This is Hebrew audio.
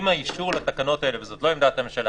אם האישור לתקנות האלה וזאת לא עמדת הממשלה,